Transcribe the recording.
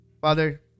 Father